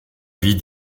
vie